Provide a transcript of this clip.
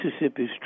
Mississippi's